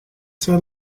sir